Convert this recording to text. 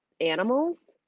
animals